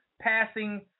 passing